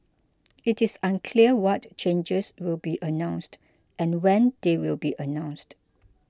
it is unclear what changes will be announced and when they will be announced